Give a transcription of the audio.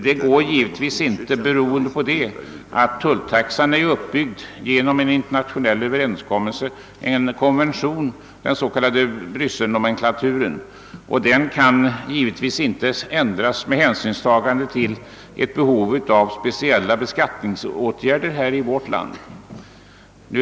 Detta är inte möjligt, beroende på att tulltaxan är uppbyggd efter en internationell överenskommelse, den s.k. Brysselnomenklaturen. Denna kan givetvis inte ändras med hänsynstagande till behovet av speciella beskattningsåtgärder här i vårt land.